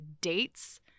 dates